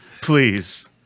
Please